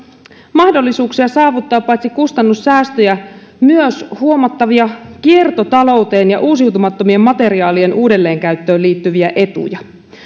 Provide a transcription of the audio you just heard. mahdollisuuksia saavuttaa paitsi kustannussäästöjä myös huomattavia kiertotalouteen ja uusiutumattomien materiaalien uudelleenkäyttöön liittyviä etuja